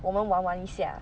我们玩玩一下